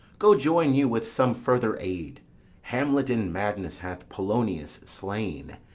go join you with some further aid hamlet in madness hath polonius slain,